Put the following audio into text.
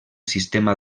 sistema